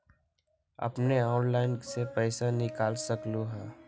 अपने ऑनलाइन से पईसा निकाल सकलहु ह?